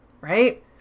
Right